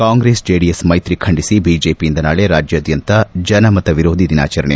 Congress JDS ಮೈತ್ರಿ ಖಂಡಿಸಿ ಬಿಜೆಪಿಯಿಂದ ನಾಳೆ ರಾಜ್ಯಾದ್ಯಂತ ಜನಮತ ವಿರೋಧಿ ದಿನಾಚರಣೆ